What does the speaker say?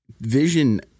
Vision